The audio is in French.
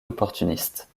opportuniste